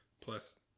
Plus